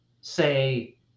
say